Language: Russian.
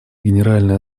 генеральной